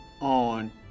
on